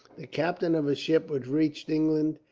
the captain of a ship which reached england,